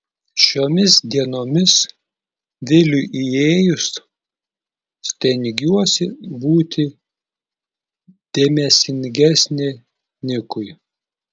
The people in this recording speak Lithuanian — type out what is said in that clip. šiomis dienomis viliui įėjus stengiuosi būti dėmesingesnė nikui